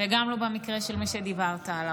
וגם לא במקרה של מי שדיברת עליו.